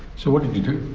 so what did you do?